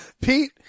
Pete